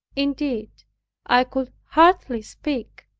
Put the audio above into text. indeed i could hardly speak,